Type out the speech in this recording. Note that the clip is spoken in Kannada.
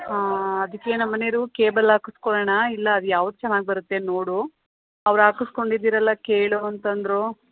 ಹಾಂ ಅದಕ್ಕೆ ನಮ್ಮ ಮನೆವ್ರು ಕೇಬಲ್ ಹಾಕಸ್ಕೊಳ್ಳೋಣ ಇಲ್ಲ ಅದು ಯಾವ್ದು ಚೆನ್ನಾಗಿ ಬರುತ್ತೆ ನೋಡು ಅವ್ರು ಹಾಕಸ್ಕೊಂಡಿದಿರಲ್ಲಾ ಕೇಳು ಅಂತಂದರು